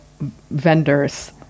vendors